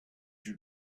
you